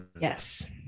Yes